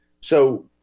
So-